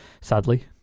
sadly